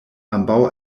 ambaŭ